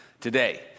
today